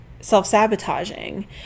self-sabotaging